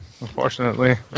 unfortunately